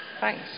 Thanks